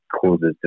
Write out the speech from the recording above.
causes